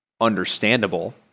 understandable